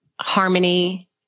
harmony